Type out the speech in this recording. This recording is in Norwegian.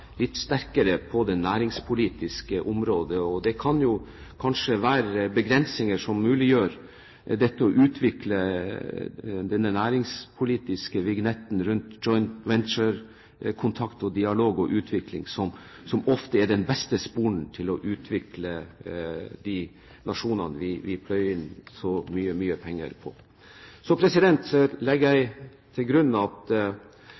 litt sterkere på det næringspolitiske området. Det kan kanskje være begrensninger i forhold til det å utvikle denne næringspolitiske vignetten rundt joint venture-kontakt, -dialog og -utvikling, som ofte er den beste sporen til å utvikle de nasjonene vi pløyer så mye, mye penger inn i. Så er det all grunn til å rose utenriksministeren for at